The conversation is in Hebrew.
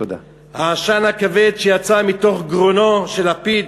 שיצא מתוך גרונו של לפיד,